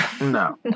No